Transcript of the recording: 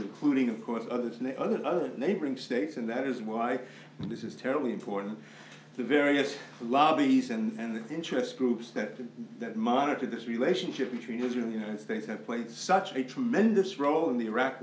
including of course others from the other other neighboring states and that is why this is terribly important the various lobbies and the interest groups that don't monitor this relationship between israel united states have played such a tremendous role in the iraq